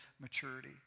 maturity